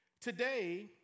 Today